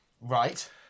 Right